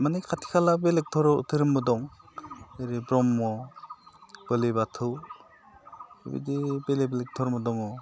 माने खाथि खाला बेलेग धोरोमबो दं जेरै ब्रह्म बोलि बाथौ बिदि बेलेग बेलेग धर्म दङ